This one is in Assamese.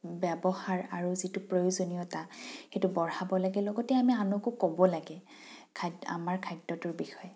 ব্যৱহাৰ আৰু যিটো প্ৰয়োজনীয়তা সেইটো বঢ়াব লাগে লগতে আমি আনকো ক'ব লাগে খাদ্য আমাৰ খাদ্যটোৰ বিষয়ে